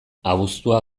abuztua